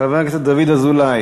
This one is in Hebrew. חבר הכנסת דוד אזולאי,